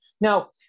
Now